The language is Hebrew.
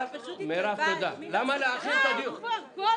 די כבר.